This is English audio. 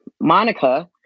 Monica